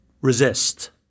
resist